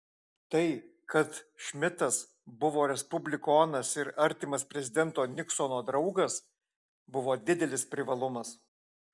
tai kad šmidtas buvo respublikonas ir artimas prezidento niksono draugas buvo didelis privalumas